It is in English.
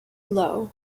low